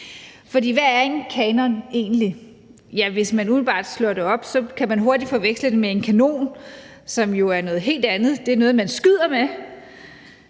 hvad er en kanon egentlig? Ja, hvis man umiddelbart slår det op, kan man hurtigt forveksle det med en kanon, som jo er noget helt andet. Det er noget, som man skyder med,